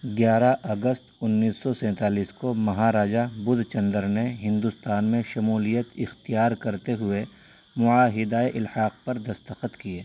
گیارہ اگست انیس سو سینتالیس کو مہاراجا بدھ چندر نے ہندوستان میں شمولیت اختیار کرتے ہوئے معاہدہ الحاق پر دستخط کیے